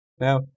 Now